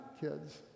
kids